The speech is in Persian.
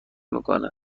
میکنه